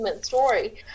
story